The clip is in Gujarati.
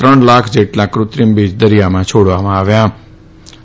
ત્રણ લાખ જેટલાં કૃત્રિમ બીજ દરિયામાં છોડવામાં આવ્યાં હતાં